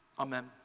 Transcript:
Amen